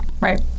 Right